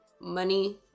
money